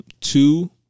Two